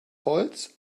holz